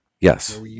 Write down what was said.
Yes